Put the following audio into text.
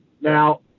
Now